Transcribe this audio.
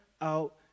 out